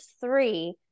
three